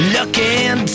Looking